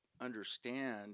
understand